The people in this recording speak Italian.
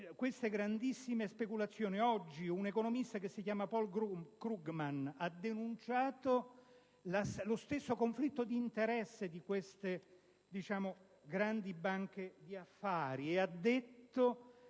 queste grandissime speculazioni. Oggi, un economista che si chiama Paul Krugman ha denunciato lo stesso conflitto d'interesse di queste grandi banche di affari e ha